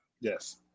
Yes